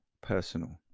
personal